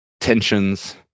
tensions